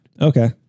Okay